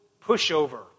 pushover